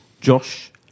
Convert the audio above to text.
Josh